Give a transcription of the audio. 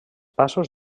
passos